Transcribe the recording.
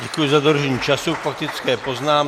Děkuji za dodržení času k faktické poznámce.